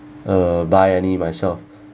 uh buy any myself